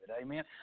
amen